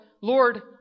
Lord